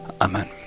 Amen